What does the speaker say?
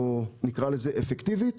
או נקרא לזה אפקטיבית.